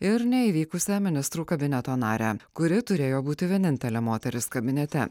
ir neįvykusią ministrų kabineto narę kuri turėjo būti vienintelė moteris kabinete